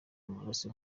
amaraso